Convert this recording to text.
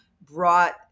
brought